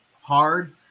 hard